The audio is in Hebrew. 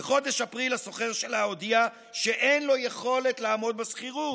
בחודש אפריל השוכר שלה הודיע שאין לו יכולת לעמוד בשכירות.